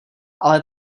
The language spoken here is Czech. ale